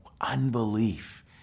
unbelief